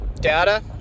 data